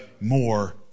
More